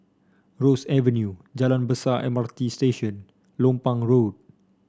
Ross Avenue Jalan Besar M R T Station Lompang Road